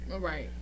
Right